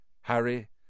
Harry